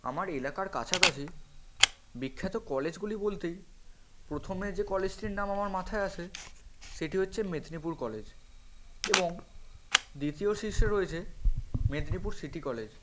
আমার এলাকার কাছাকাছি বিখ্যাত কলেজগুলি বলতেই প্রথমে যে কলেজটির নাম আমার মাথায় আসে সেটি হচ্ছে মেদিনীপুর কলেজ এবং দ্বিতীয় শীর্ষে রয়েছে মেদিনীপুর সিটি কলেজ